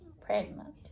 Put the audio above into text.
pregnant